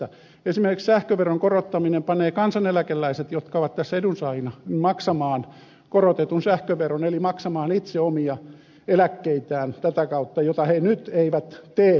esimerkiksi sähköveron korottaminen panee kansaneläkeläiset jotka ovat tässä edunsaajina maksamaan korotetun sähköveron eli maksamaan itse omia eläkkeitään tätä kautta mitä he nyt eivät tee